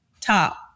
top